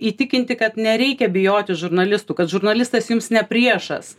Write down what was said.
įtikinti kad nereikia bijoti žurnalistų kad žurnalistas jums ne priešas